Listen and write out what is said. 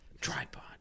tripod